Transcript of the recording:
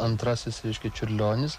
antrasis reiškia čiurlionis